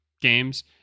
games